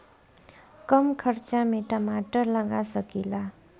कम खर्च में टमाटर लगा सकीला?